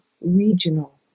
regional